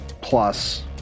plus